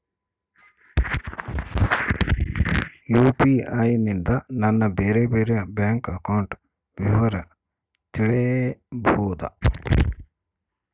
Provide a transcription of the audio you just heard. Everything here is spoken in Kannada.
ಯು.ಪಿ.ಐ ನಿಂದ ನನ್ನ ಬೇರೆ ಬೇರೆ ಬ್ಯಾಂಕ್ ಅಕೌಂಟ್ ವಿವರ ತಿಳೇಬೋದ?